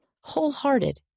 wholehearted